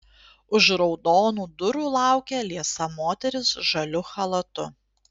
už raudonų durų laukia liesa moteris žaliu chalatu